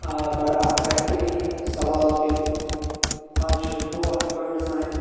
آ بَڑٕ اَکھ بہتریٖن سَوال کہِ آز چھِ نوٚو اَکھ ٹرٛنٛڈ سانہِ